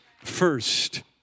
first